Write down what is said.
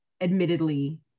admittedly